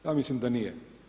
Ja mislim da nije.